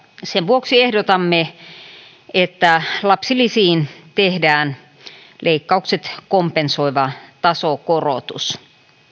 sen vuoksi ehdotamme että lapsilisiin tehdään leikkaukset kompensoiva tasokorotus